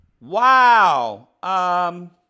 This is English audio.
Wow